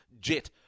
jet